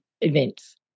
events